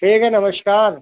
ठीक है नमस्कार